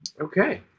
okay